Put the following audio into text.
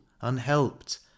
unhelped